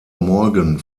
morgan